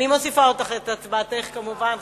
אני מוסיפה את הצבעתך, כמובן.